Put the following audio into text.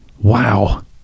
Wow